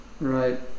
Right